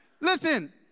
listen